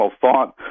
thought